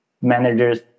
managers